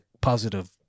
positive